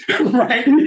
Right